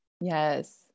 Yes